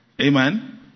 Amen